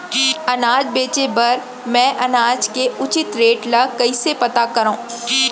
अनाज बेचे बर मैं अनाज के उचित रेट ल कइसे पता करो?